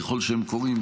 ככל שהם קורים,